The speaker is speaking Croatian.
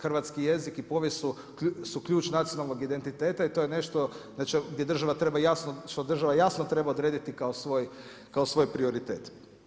Hrvatski jezik i povijest su ključ nacionalnog identiteta i to je nešto gdje država treba, što država jasno treba odrediti kao svoj prioritet.